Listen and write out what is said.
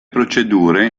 procedure